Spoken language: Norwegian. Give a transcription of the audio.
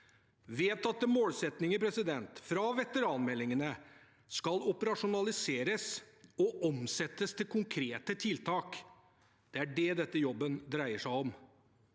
Vedtatte målsettinger fra veteranmeldingene skal operasjonaliseres og omsettes til konkrete tiltak. Det er det denne jobben dreier seg om.